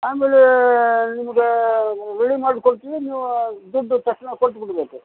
ಆಮೇಲೆ ನಿಮ್ಗೆ ರೆಡಿ ಮಾಡಿಕೊಡ್ತೀವಿ ನೀವು ದುಡ್ಡು ತಕ್ಷಣ ಕೊಟ್ಟುಬಿಡ್ಬೇಕು